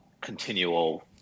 continual